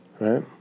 Right